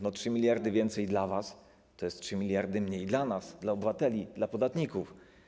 No 3 mld więcej dla was to jest 3 mld mniej dla nas, dla obywateli, dla podatników.